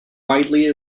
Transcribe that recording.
widely